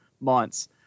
months